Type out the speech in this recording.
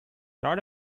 not